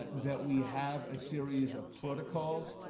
that that we have a series of protocols